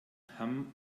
hamm